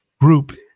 group